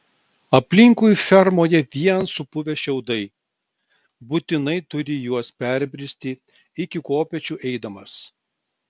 aplinkui fermoje vien supuvę šiaudai būtinai turi juos perbristi iki kopėčių eidamas